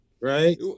right